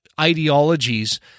ideologies